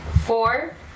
Four